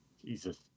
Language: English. Jesus